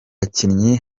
bakinnyi